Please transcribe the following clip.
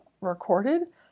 recorded